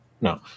no